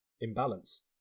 imbalance